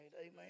Amen